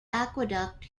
aqueduct